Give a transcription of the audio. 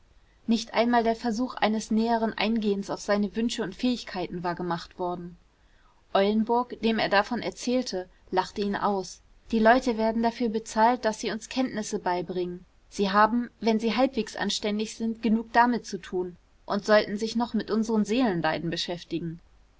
nicht einmal der versuch eines näheren eingehens auf seine wünsche und fähigkeiten war gemacht worden eulenburg dem er davon erzählte lachte ihn aus die leute werden dafür bezahlt daß sie uns kenntnisse beibringen sie haben wenn sie halbwegs anständig sind genug damit zu tun und sollten sich noch mit unseren seelenleiden beschäftigen